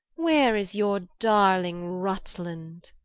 where is your darling, rutland?